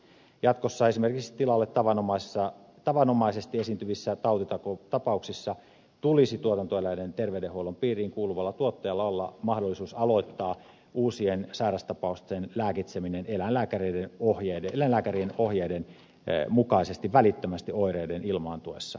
jatkossa esimerkiksi tilalla tavanomaisesti esiintyvissä tautitapauksissa tulisi tuotantoeläinten terveydenhuollon piiriin kuuluvalla tuottajalla olla mahdollisuus aloittaa uusien sairaustapausten lääkitseminen eläinlääkärien ohjeiden mukaisesti välittömästi oireiden ilmaantuessa